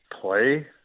play